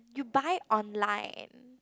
you buy online